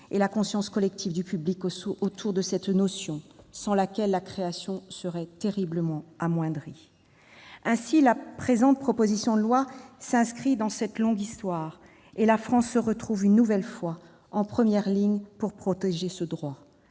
et la conscience collective du public autour de cette notion sans laquelle la création serait terriblement amoindrie. Ainsi, la présente proposition de loi s'inscrit dans cette longue histoire, et la France se retrouve, une nouvelle fois, en première ligne pour protéger le droit